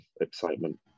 excitement